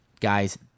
guys